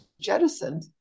jettisoned